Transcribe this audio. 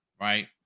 right